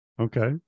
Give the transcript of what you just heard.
Okay